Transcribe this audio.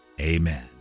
Amen